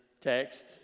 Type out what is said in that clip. text